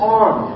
arm